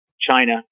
China